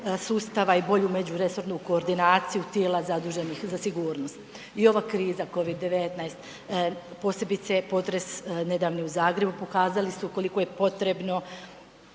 sustava i bolju međuresornu koordinaciju tijela zaduženih za sigurnost. I ova kriza COVID-19, posebice potres nedavni u Zagrebu pokazali su koliko je potrebno